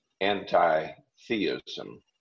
anti-theism